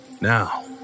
Now